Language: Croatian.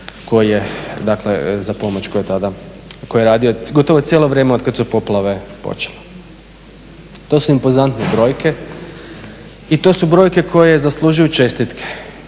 koje, dakle za pomoć koji je radio gotovo cijelo vrijeme od kad su poplave počele. To su impozantne brojke i to su brojke koje zaslužuju čestitke